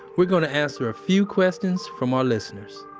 we're going to answer a few questions from our listeners.